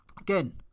Again